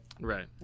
Right